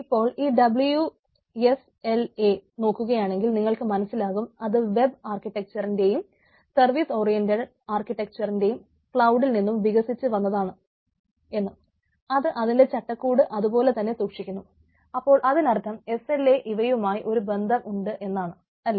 ഇപ്പോൾ ഈ W S L A ക്ക് ഇവയുമായി ഒരു ബന്ധം ഉണ്ട് എന്നാണ് അല്ലേ